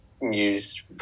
news